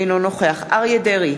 אינו נוכח אריה דרעי,